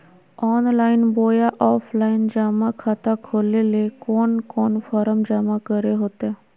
Online बोया offline जमा खाता खोले ले कोन कोन फॉर्म जमा करे होते?